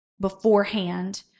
beforehand